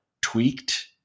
tweaked